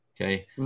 Okay